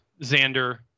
Xander